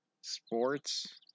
Sports